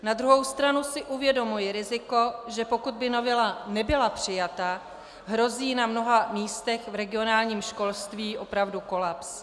Na druhou stranu si uvědomuji riziko, že pokud by novela nebyla přijata, hrozí na mnoha místech v regionálním školství opravdu kolaps.